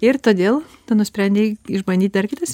ir todėl tu nusprendei išbandyt dar kitas